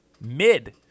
mid